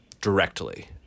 directly